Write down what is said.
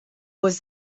was